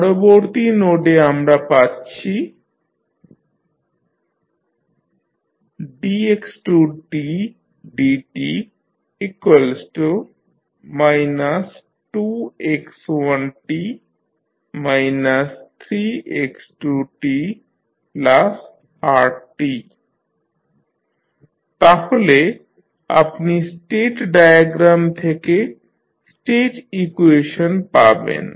পরবর্তী নোডে আমরা পাচ্ছি dx2dt 2x1t 3x2tr তাহলে আপনি স্টেট ডায়াগ্রাম থেকে স্টেট ইকুয়েশন পাবেন